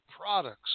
products